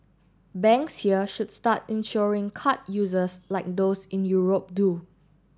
banks here should start insuring card users like those in Europe do